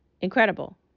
incredible